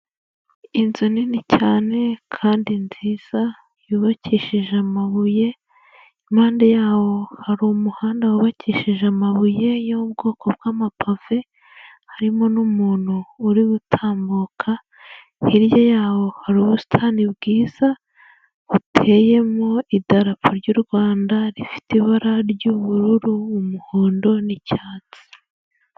Inzu nini cyane kandi nziza yubakishije amabuye impande yawo hari umuhanda wubakishije amabuye y'ubwoko bw'amapave harimo n'umuntu uri gutambuka hirya yawo hari ubusitani bwiza buteye mo idarapo ry'uRwanda rifite ibara ry'ubururu umuhondo n'icyatsi.